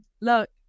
Look